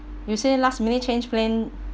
you say last minute change plan